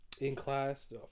in-class